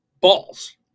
balls